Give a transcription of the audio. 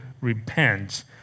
repents